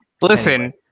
Listen